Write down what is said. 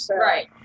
Right